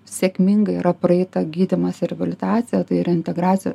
sėkmingai yra praeita gydymas ir reabilitacija tai reintegracija